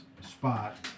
spot